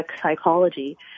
psychology